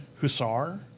Hussar